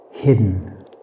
Hidden